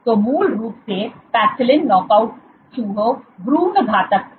तो मूल रूप से पैक्सिलिन नॉकआउट चूहों भ्रूण घातक है